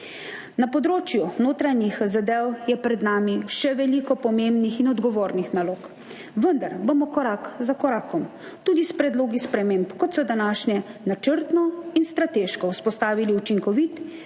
Na področju notranjih zadev je pred nami še veliko pomembnih in odgovornih nalog, vendar bomo korak za korakom, tudi s predlogi sprememb, kot so današnje, načrtno in strateško vzpostavili učinkovit,